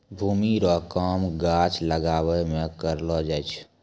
भूमि रो काम गाछ लागाबै मे करलो जाय छै